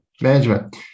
Management